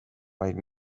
vaid